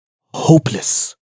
hopeless